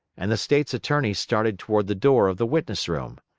and the state's attorney started toward the door of the witness-room.